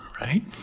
right